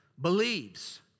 believes